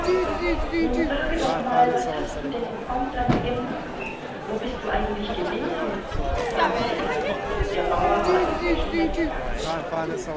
nun sage doch mal was hast du denn im auslande gemacht wo bist du eigentlich gewesen fragte er der bauer war inzwischen weggegangen